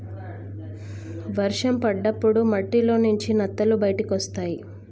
వర్షం పడ్డప్పుడు మట్టిలోంచి నత్తలు బయటకొస్తయ్